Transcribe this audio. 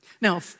Now